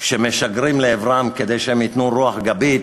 שמשגרים לעברם כדי שהם ייתנו רוח גבית,